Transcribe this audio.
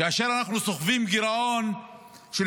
כאשר אנחנו סוחבים גירעון של